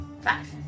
Five